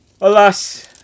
Alas